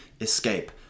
Escape